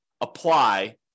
apply